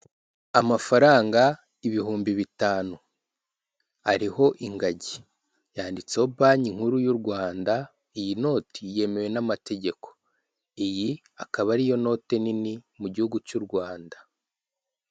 Amafaranga ibihumbi bitanu, ariho ingagi, yanditseho banki nkuru y'u Rwanda, iyi noti yemewe n'amategeko, iyi akaba ari yo note nini mu gihugu cy'u Rwanda.